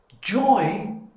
joy